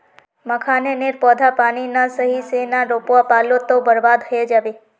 मखाने नेर पौधा पानी त सही से ना रोपवा पलो ते बर्बाद होय जाबे